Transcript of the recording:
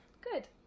Good